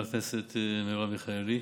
חברת הכנסת מרב מיכאלי.